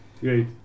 great